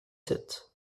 sept